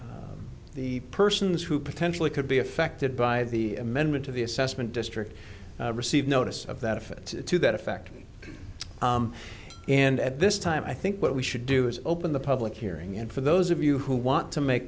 time the persons who potentially could be affected by the amendment to the assessment district receive notice of that if it's to that effect and at this time i think what we should do is open the public hearing and for those of you who want to make